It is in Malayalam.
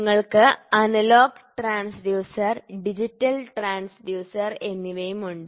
നിങ്ങൾക്ക് അനലോഗ് ട്രാൻസ്ഫ്യൂസർ ഡിജിറ്റൽ ട്രാൻസ്ഫ്യൂസർ എന്നിവയും ഉണ്ട്